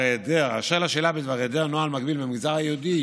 אשר לשאלה בדבר היעדר נוהל מקביל במגזר היהודי,